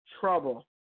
trouble